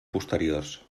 posteriors